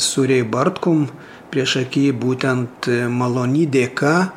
su rei bartkum priešaky būtent malony dėka